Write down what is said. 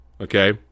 okay